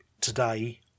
today